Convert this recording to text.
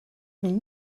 une